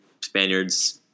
Spaniards